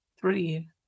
Three